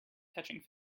catching